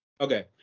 Okay